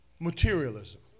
materialism